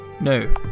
No